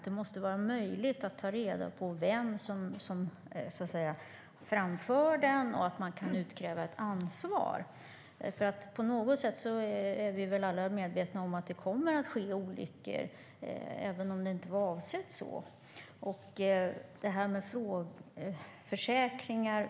Det måste vara möjligt att ta reda på vem som framför drönaren och att utkräva ett ansvar. Vi är alla medvetna om att olyckor kommer att ske, även om det inte var avsett så.